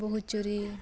ବୋହୂଚୋରି